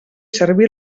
servir